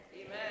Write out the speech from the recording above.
Amen